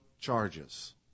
charges